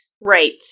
Right